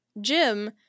Jim